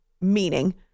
meaning